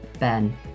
Ben